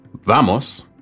Vamos